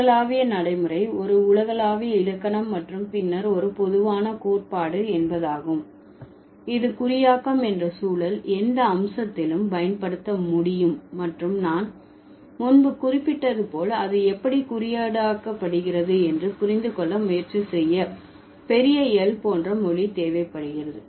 உலகளாவிய நடைமுறை ஒரு உலகளாவிய இலக்கணம் மற்றும் பின்னர் ஒரு பொதுவான கோட்பாடு என்பதாகும் இது குறியாக்கம் என்ற சூழல் எந்த அம்சத்திலும் பயன்படுத்த முடியும் மற்றும் நான் முன்பு குறிப்பிட்டது போல் அது எப்படி குறியீடாக்கப்படுகிறது என்று புரிந்து கொள்ள முயற்சி செய்ய பெரிய L போன்ற மொழி தேவைப்படுகிறது